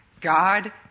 God